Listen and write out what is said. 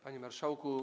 Panie Marszałku!